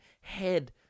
head